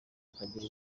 akagira